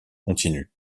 continues